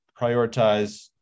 prioritize